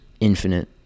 infinite